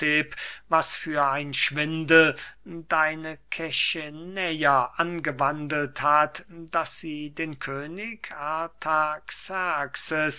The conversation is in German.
was für ein schwindel deine kechenäer angewandelt hat daß sie den könig